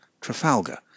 Trafalgar